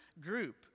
group